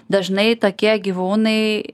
dažnai tokie gyvūnai